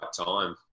time